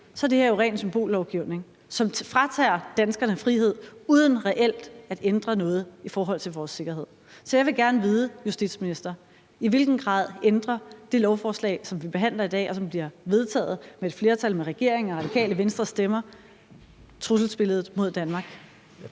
så er det her jo ren symbollovgivning, som fratager danskerne frihed uden reelt at ændre noget i forhold til vores sikkerhed. Så jeg vil gerne vide, justitsminister, i hvilken grad det lovforslag, som vi behandler i dag, og som bliver vedtaget af et flertal med regeringens og Radikale Venstres stemmer, ændrer trusselsbilledet mod Danmark.